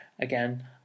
again